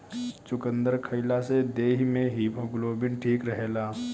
चुकंदर खइला से देहि में हिमोग्लोबिन ठीक रहेला